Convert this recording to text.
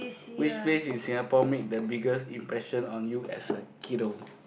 which place in Singapore make the biggest impression on you as a kiddo